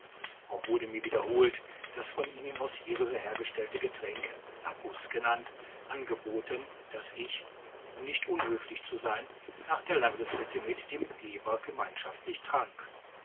auch wurde mir wiederholt das von ihnen aus hirse hergestellte getränk napus genannt angeboten das ich um nicht unhöflich zu sein nach der landessitte mit dem geber gemeinschaftlich trank